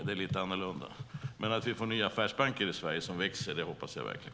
Det är lite annorlunda. Men att vi får nya affärsbanker i Sverige som växer hoppas jag verkligen.